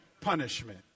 punishment